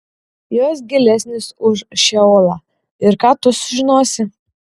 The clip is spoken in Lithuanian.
jos gilesnės už šeolą ir ką tu sužinosi